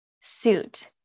suit